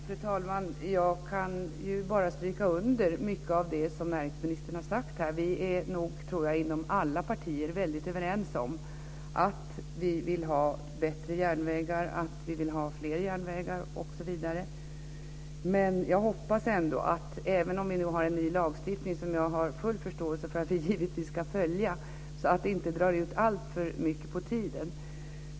Fru talman! Jag kan bara stryka under mycket av det som näringsministern har sagt här. Jag tror att vi är väldigt överens inom alla partier att vi vill ha bättre järnvägar och fler järnvägar. Även om vi nu har en ny lagstiftning, som jag har full förståelse för att vi givetvis ska följa, hoppas jag att det inte drar ut alltför långt i tiden.